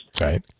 Right